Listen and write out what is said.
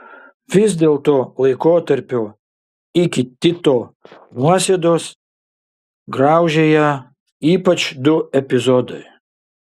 vis dėlto laikotarpio iki tito nuosėdos graužė ją ypač du epizodai